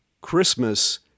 Christmas